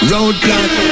Roadblock